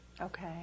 Okay